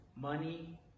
Money